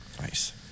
Nice